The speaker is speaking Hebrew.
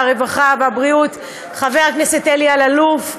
הרווחה והבריאות חבר הכנסת אלי אלאלוף,